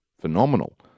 phenomenal